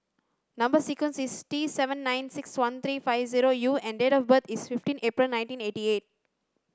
number sequence is T seven nine six one three five zero U and date of birth is fifteen April nineteen eighty eight